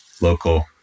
local